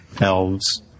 elves